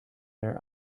their